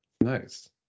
Nice